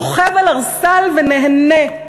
שוכב על ערסל ונהנה.